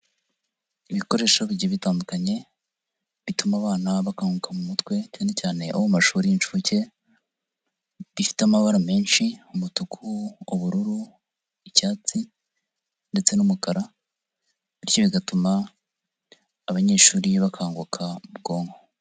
Ibikoresho bijya bitandukanye, bituma abana bakanguka mu mutwe cyane cyane abo mu mashuri y'inshuke, bifite amabara menshi umutuku, ubururu, icyatsi ndetse n'umukara, bityo bigatuma abanyeshuri bakanguka mu bwonko.